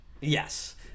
Yes